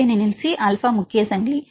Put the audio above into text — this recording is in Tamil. ஏனெனில் சி ஆல்பா முக்கிய சங்கிலி